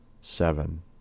seven